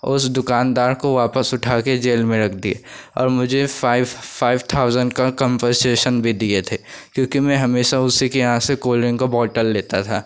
उस दुकानदार को वापस उठाकर जेल में रख दिया और मुझे फाइव फाइव थाउजेंड का कम्पंसेसन भी दिए थे क्योंकि मैं हमेशा उसी के यहाँ से कोल डिंक का बोटल लेता था